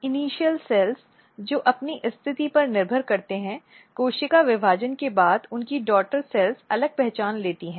प्रारंभिक सेल्स जो अपनी स्थिति पर निर्भर करते हैं कोशिका विभाजन के बाद उनकी डॉटर कोशिकाएं अलग पहचान लेती हैं